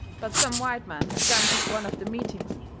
but some white men had gone to one of the meetings,